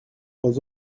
was